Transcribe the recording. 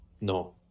No